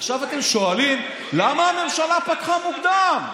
ועכשיו אתם שואלים: למה הממשלה פתחה מוקדם?